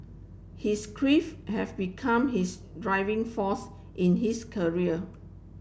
his grief have become his driving force in his career